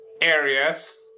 areas